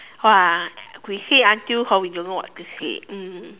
!wah! we say until hor we don't know what to say mm